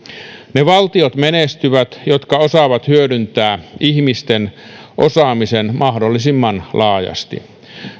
ne valtiot menestyvät jotka osaavat hyödyntää ihmisten osaamisen mahdollisimman laajasti